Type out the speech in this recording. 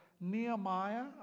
Nehemiah